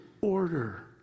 order